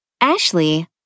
Ashley